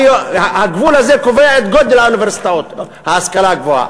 הגבול הזה קובע את גודל ההשכלה הגבוהה,